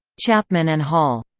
chapman and hall.